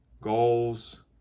goals